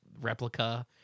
replica